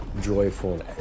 joyful